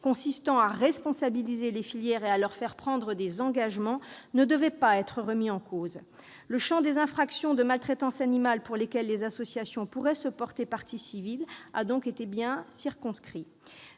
consistant à responsabiliser les filières et leur faire prendre des engagements, ne devait pas être remis en cause. Le champ des infractions de maltraitance animale pour lesquelles des associations pourraient se porter partie civile a donc été bien circonscrit.